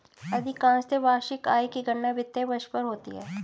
अधिकांशत वार्षिक आय की गणना वित्तीय वर्ष पर होती है